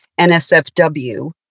NSFW